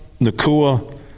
Nakua